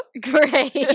Great